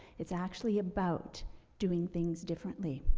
it's actually about doing things differently,